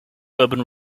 urban